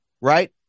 Right